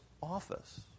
office